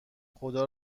خدا